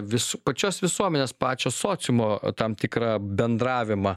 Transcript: vis pačios visuomenės pačio sociumo tam tikra bendravimą